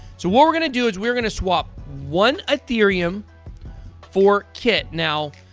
so, what we're gonna do is we're gonna swap one ethereum for kit. now,